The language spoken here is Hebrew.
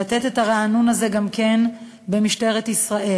לתת את הרענון הזה גם במשטרת ישראל.